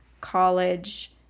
college